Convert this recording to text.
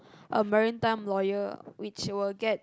a marine time lawyer which will get